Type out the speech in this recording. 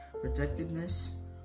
protectiveness